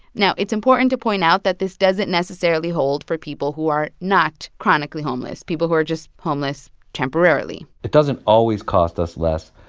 now, it's important to point out that this doesn't necessarily hold for people who are not chronically homeless, people who are just homeless temporarily it doesn't always cost us less.